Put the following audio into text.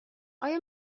آیا